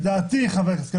לדעתי, חבר הכנסת כלפון,